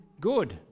good